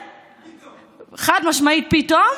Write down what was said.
חד-משמעית, פתאום.